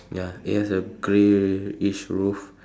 ya it has a grey each roof